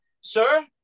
sir